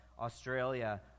Australia